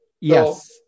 Yes